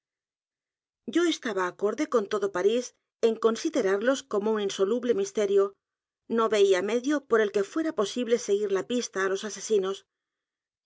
yo estaba acorde con todo parís en considerarlos como un insoluble misterio no veía medio por el que fuera posible seguir la pista á los asesinos